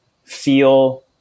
feel